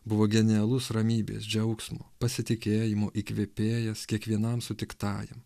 buvo genialus ramybės džiaugsmo pasitikėjimo įkvėpėjas kiekvienam sutiktajam